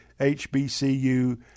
HBCU